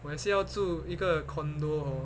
我也是要住一个 condo orh